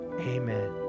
amen